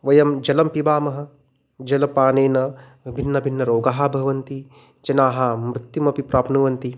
वयं जलं पिबामः जलपानेन भिन्नभिन्नरोगाः भवन्ति जनाः मृत्युमपि प्राप्नुवन्ति